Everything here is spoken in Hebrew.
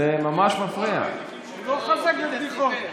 הוא לא חזק בבדיחות.